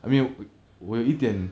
I mean 我有一点